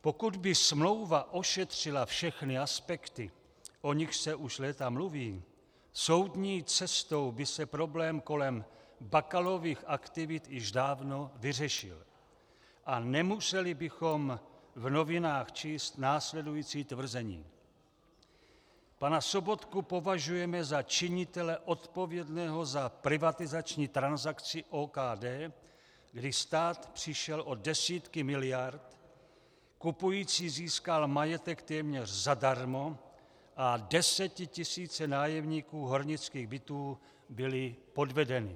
Pokud by smlouva ošetřila všechny aspekty, o nichž se už léta mluví, soudní cestou by se problém kolem Bakalových aktivit již dávno vyřešil a nemuseli bychom v novinách číst následující tvrzení: Pana Sobotku považujeme za činitele odpovědného za privatizační transakci OKD, kdy stát přišel o desítky miliard, kupující získal majetek téměř zadarmo a desetitisíce nájemníků hornických bytů byly podvedeny.